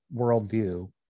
worldview